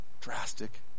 Drastic